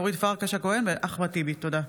אורית פרקש הכהן ואחמד טיבי בנושא: